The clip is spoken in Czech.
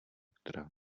která